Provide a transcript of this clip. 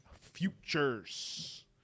futures